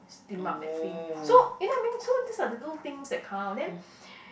steam up that thing so you know what I mean so these are the little things that count then